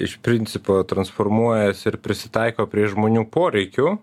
iš principo transformuojas ir prisitaiko prie žmonių poreikių